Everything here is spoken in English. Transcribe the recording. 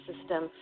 system